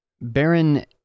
Baron